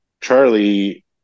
charlie